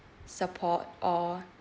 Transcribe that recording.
support or